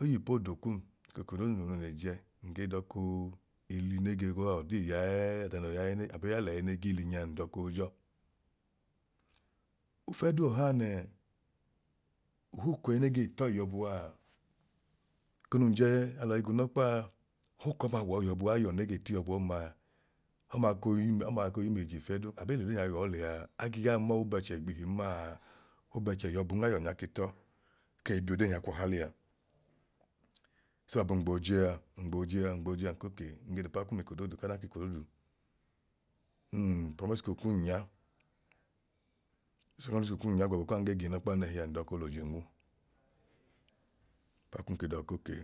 oyi poodokum k'eko doodu nun le jẹ nge dọkoo ili ne ge gọa ọdii ya ẹẹ ọda noo ya ẹẹne abo yalẹẹ ne g'iili nyaa ndọkoo jọ. Ofiẹduu ọhaa nẹẹ, uhuku ẹne gei tọọ iyọbu a, eko nun jẹ alọi guunọkpaa huku ọma wọọ iyọbu ayọn nege tiiyọbu ọmaaọmaa koi yu ọmaa koi yum eyijii fiẹduu a, abei l'odee nya gọọ lẹa ake gaa mọọ obẹchẹ igbihin maa obẹchẹ iyọbun ayọn nya ke tọọ okei biodee nya kwọha lẹa. So abun gboo jẹ a, ngboo jẹa ngboo jẹa nko kee nge d'upapa kum ekodooduka dan k'eko doodu nun l'uprimary school kum ya, secondary school kum ya gbọbu ẹẹ kan ge giinọkpa nẹhia ndọọ ko l'oje nwu upa kum ke dọọ ko kee